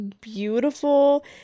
beautiful